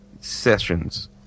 sessions